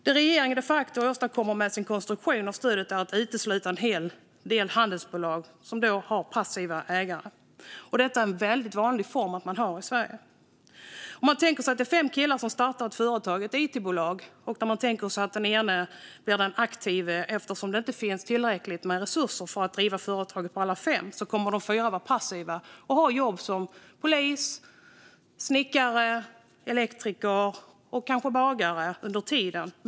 Det som regeringen de facto åstadkommer med sin konstruktion av stödet är att utesluta en hel del handelsbolag som har passiva ägare, vilket är en väldigt vanlig form i Sverige. Man kan tänka sig fem killar som startar ett företag, ett it-bolag, där en blir den aktive. Eftersom det inte finns tillräckligt med resurser för att driva företaget för alla fem kommer fyra att vara passiva och ha jobb som polis, snickare, elektriker och kanske bagare under tiden.